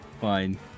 Fine